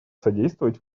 содействовать